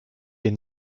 hier